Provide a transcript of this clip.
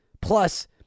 Plus